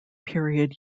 period